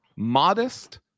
modest